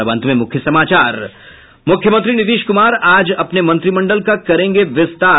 और अब अंत में मुख्य समाचार मुख्यमंत्री नीतीश कुमार आज अपने मंत्रिमंडल का करेंगे विस्तार